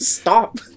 Stop